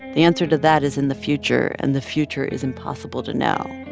the answer to that is in the future, and the future is impossible to know.